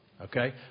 Okay